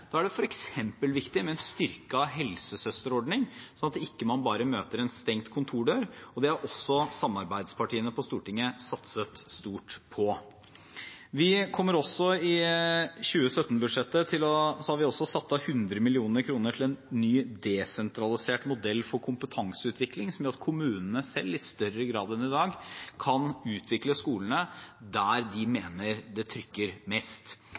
Da er det f.eks. viktig med en styrket helsesøsterordning, slik at man ikke bare møter en stengt kontordør. Det har også samarbeidspartiene på Stortinget satset stort på. I 2017-budsjettet har vi også satt av 100 mill. kr til en ny desentralisert modell for kompetanseutvikling som gjør at kommunene selv i større grad enn i dag kan utvikle skolene der de mener det trykker mest.